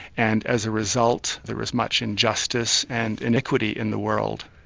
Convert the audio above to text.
and as a result there is much injustice and iniquity in the world.